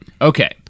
Okay